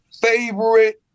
favorite